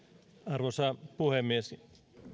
arvoisa puhemies